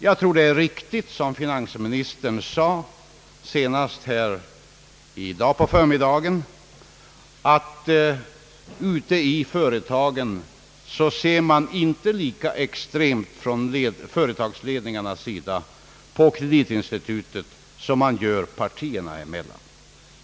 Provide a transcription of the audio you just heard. Jag tror det är riktigt, som finansministern sade senast här i dag på förmiddagen, att ute i företagen och från företagsföreningarnas sida ser man inte lika extremt på kreditinstitutet som partierna gör.